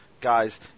guys